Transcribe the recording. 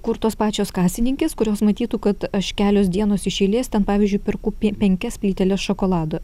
kur tos pačios kasininkės kurios matytų kad aš kelios dienos iš eilės ten pavyzdžiui perku pie penkias plyteles šokolado